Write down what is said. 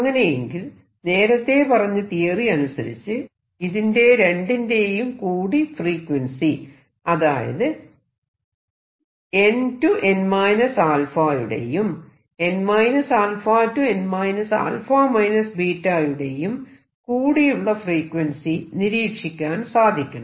അങ്ങനെയെങ്കിൽ നേരത്തെ പറഞ്ഞ തിയറി അനുസരിച്ച് ഇതിന്റെ രണ്ടിന്റെയും കൂടി ഫ്രീക്വൻസി അതായത് n → n 𝜶 യുടെയും n 𝜶 → n 𝜶 ꞵ യുടെയും കൂടിയുള്ള ഫ്രീക്വൻസി നിരീക്ഷിക്കാൻ സാധിക്കണം